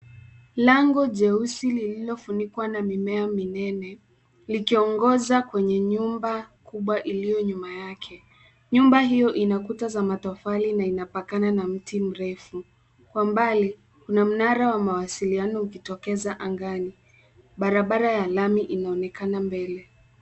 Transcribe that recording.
Lango jeusi lililofunikwa na mimea minene likiongoza kwenye nyumba kubwa iliyo nyuma yake. Nyumba hiyo ina kuta za matofali na inapakana na mti mrefu. Kwa mbali, kuna mnara wa mawasiliano ukitokeza angani. Barabara ya lami inaonekana mbele.